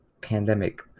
pandemic